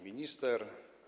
Minister!